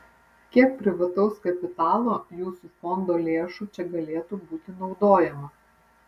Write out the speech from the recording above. kiek privataus kapitalo jūsų fondo lėšų čia galėtų būti naudojama